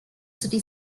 city